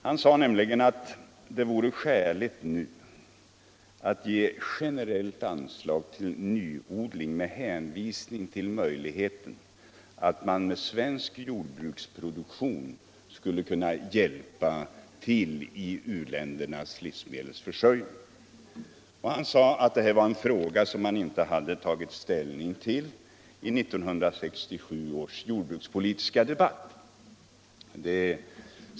Han sade nämligen att det vore skäligt att nu ge ett generellt anslag till nyodling för att vi med svensk jordbruksproduktion skulle kunna hjälpa till med u-ländernas livsmedelsförsörjning. Och han sade att detta var en fråga som man inte hade tagit ställning till i 1967 års jordbrukspolitiska debatt.